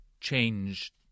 change